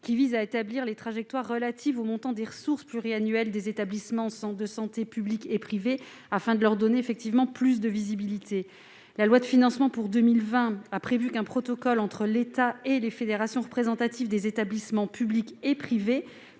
visant à établir les trajectoires relatives au montant des ressources pluriannuelles des établissements de santé publics et privés, afin de leur donner plus de visibilité. La loi de financement de la sécurité sociale de 2020 a prévu qu'un protocole entre l'État et les fédérations représentatives des établissements de santé publics et privés